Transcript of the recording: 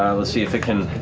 let's see if it can.